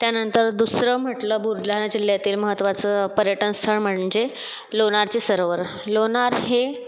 त्यानंतर दुसरं म्हटलं बुलढाणा जिल्ह्यातील महत्त्वाचं पर्यटनस्थळ म्हणजे लोणारचे सरोवर लोणार हे